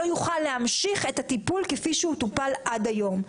לא יוכל להמשיך את הטיפול כפי שהוא טופל עד היום.